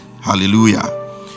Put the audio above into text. Hallelujah